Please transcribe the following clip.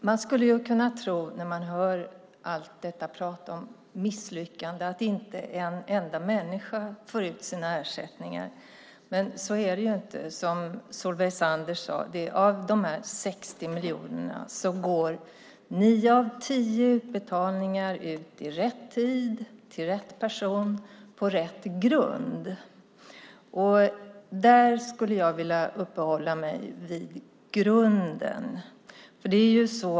Fru talman! När man hör allt detta prat om misslyckande skulle man kunna tro att inte en enda människa får ut sina ersättningar. Men så är det inte, som Solveig Zander sade. Av de 60 miljonerna går nio av tio utbetalningar ut i rätt tid till rätt person på rätt grund. Jag skulle vilja uppehålla mig vid grunden.